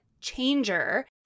changer